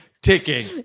ticking